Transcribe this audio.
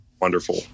wonderful